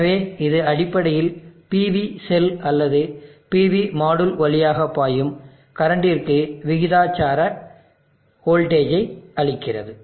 எனவே இது அடிப்படையில் PV செல் அல்லது PV மாடுல் வழியாக பாயும் கரண்டிற்க விகிதாசார வோல்டேஜை அளிக்கிறது